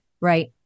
Right